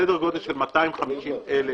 סדר גודל של 250 אלף